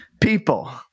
people